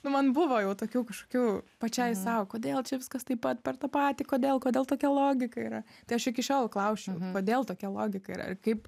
nu man buvo jau tokių kažkokių pačiai sau kodėl čia viskas taip pat per tą patį kodėl kodėl tokia logika yra tai aš iki šiol klausčiau kodėl tokia logika yra kaip